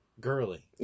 girly